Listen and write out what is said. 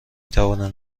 توانم